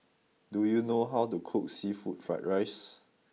do you know how to cook Seafood Fried Rice